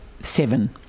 seven